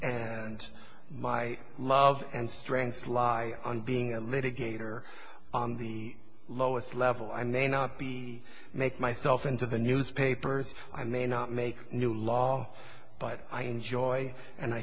and my love and strains lie on being a litigator on the lowest level i may not be make myself into the newspapers i may not make new law but i enjoy and i